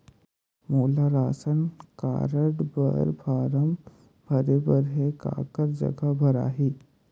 मोला ration card बर form भरे बर हे काकर जग भराही?